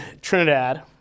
Trinidad